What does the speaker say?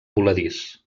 voladís